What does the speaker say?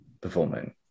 performing